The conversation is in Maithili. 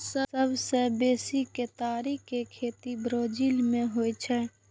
सबसं बेसी केतारी के खेती ब्राजील मे होइ छै